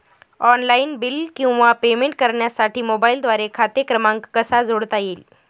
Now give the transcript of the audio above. Online bill किंवा payment करण्यासाठी मोबाईलद्वारे खाते क्रमांक कसा जोडता येईल?